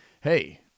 hey